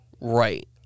right